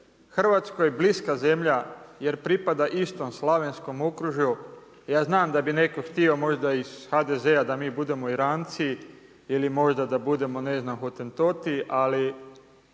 Hrvatskoj bliska zemlja jer pripada istom slavenskom okružju. Ja znam da bi neko htio možda iz HDZ-a da mi budemo Iranci ili možda da budem ne znam Hotentoti, ali